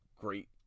great